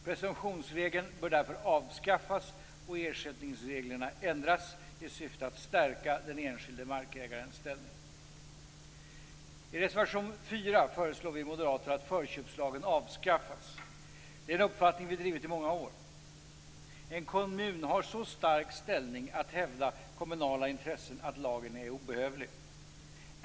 Presumtionsregeln bör därför avskaffas och ersättningsreglerna ändras i syfte att stärka den enskilde markägarens ställning. I reservation 4 föreslår vi moderater att förköpslagen avskaffas. Det är en uppfattning som vi har drivit i många år. En kommun har så stark ställning att hävda kommunala intressen att lagen är obehövlig.